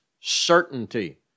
certainty